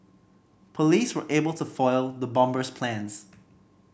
police were able to foil the bomber's plans